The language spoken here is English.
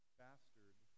bastard